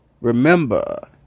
Remember